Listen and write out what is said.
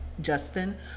Justin